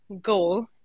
goal